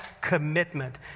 commitment